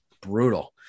brutal